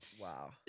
wow